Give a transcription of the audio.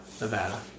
Nevada